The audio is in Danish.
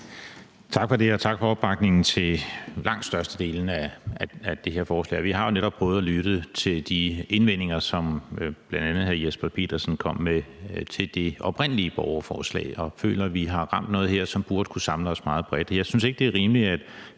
Tak for det, og tak for opbakningen til langt størstedelen af det her forslag. Vi har jo netop også prøvet at lytte til de indvendinger, som bl.a. hr. Jesper Petersen kom med til det oprindelige borgerforslag, og vi føler, at vi her har ramt noget, som burde kunne samle os meget bredt,